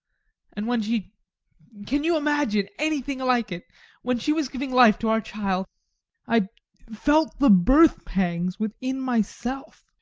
and when she can you imagine anything like it when she was giving life to our child i felt the birth pangs within myself.